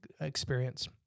experience